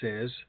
says